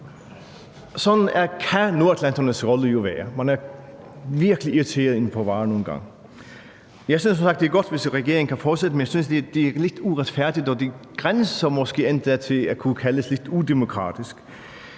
Sådan kan nordatlanternes rolle jo være, og man er nogle gange virkelig irriteret på VAR. Jeg synes som sagt, det er godt, hvis regeringen kan fortsætte, men jeg synes, det er lidt uretfærdigt, og at det måske endda grænser til at kunne kaldes lidt udemokratisk.